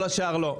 כל השאר לא.